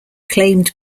claimed